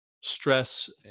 stress